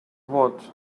watt